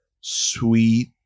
sweet